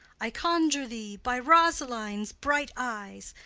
i conjure thee by rosaline's bright eyes.